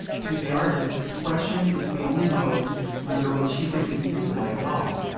to the artist, expression is the only mode under which he can conceive life at all.